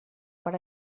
per